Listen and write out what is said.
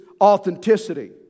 authenticity